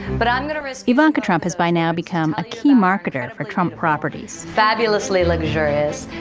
but i'm going to risk. ivanka trump has, by now, become a key marketer and for trump properties. fabulously luxurious,